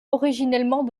originellement